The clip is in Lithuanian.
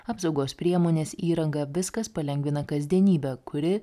apsaugos priemonės įranga viskas palengvina kasdienybę kuri